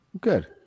good